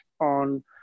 on